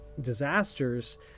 disasters